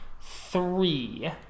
Three